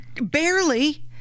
barely